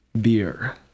beer